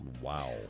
Wow